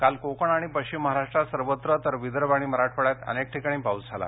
काल कोकण आणि पश्चिम महाराष्ट्रात सर्वत्र तर विदर्भ आणि मराठवाड्यात अनेक ठिकाणी पाऊस झाला